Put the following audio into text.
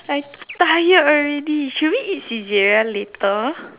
I tired already should we eat Saizeriya later